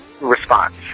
response